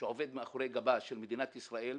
שעובד מאחורי גבה של מדינת ישראל,